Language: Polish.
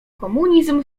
komunizm